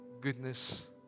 goodness